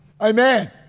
Amen